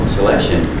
selection